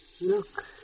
Look